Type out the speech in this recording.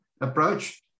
approach